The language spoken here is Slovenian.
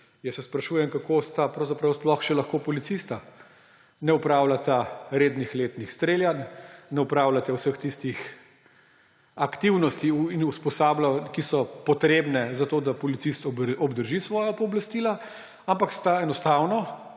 Jaz se sprašujem, kako sta pravzaprav sploh lahko še policista. Ne opravljata rednih letnih streljanj, ne opravljata vseh tistih aktivnosti in usposabljanj, ki so potrebna, zato da policist obdrži svoja pooblastila; ampak enostavno